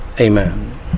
Amen